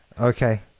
Okay